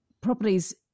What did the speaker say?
properties